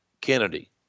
Kennedy